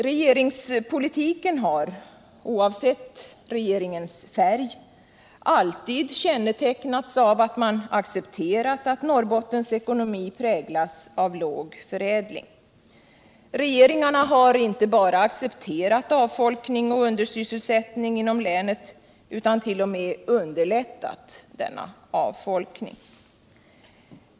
Regeringspolitiken har oavsett regeringens färg alltid kännetecknats av att man accepterat att Norrbottens ekonomi präglas av låg förädling. Regeringarna har inte bara accepterat avfolkning och undersysselsättning inom länet utan till och med underlättat denna avfolkning.